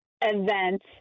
event